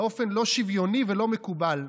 באופן לא שוויוני ולא מקובל,